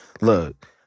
Look